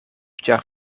ĉar